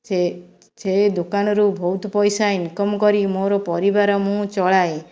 ସେ ସେ ଦୋକାନରୁ ବହୁତ ପଇସା ଇନ୍କମ୍ କରି ମୋର ପରିବାର ମୁଁ ଚଳାଏ